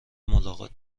ملاقات